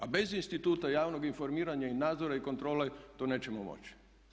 A bez instituta javnog informiranja i nadzora i kontrole to nećemo moći.